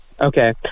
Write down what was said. Okay